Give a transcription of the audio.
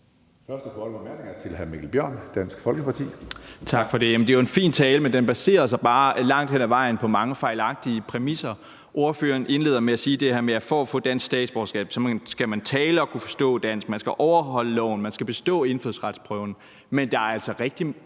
Første korte bemærkning er til hr. Mikkel Bjørn, Dansk Folkeparti. Kl. 12:41 Mikkel Bjørn (DF): Tak for det. Det er en fin tale, men den baserer sig bare langt hen ad vejen på mange fejlagtige præmisser. Ordføreren indleder med at sige det her med, at for at få dansk statsborgerskab skal man tale og kunne forstå dansk, man skal overholde loven, man skal bestå indfødsretsprøven. Men der er mennesker